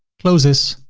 close this.